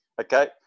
Okay